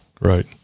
Right